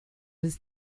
his